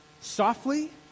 softly